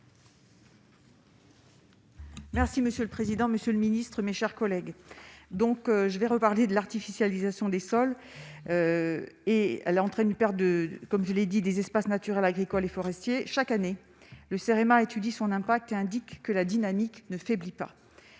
Merci monsieur le président, Monsieur le Ministre, mes chers collègues, donc je vais reparler de l'artificialisation des sols et elle entraîne une perte de, comme je l'ai dit des espaces naturels, agricoles et forestiers, chaque année, le CEREMA étudie son impact indique que la dynamique ne faiblit pas,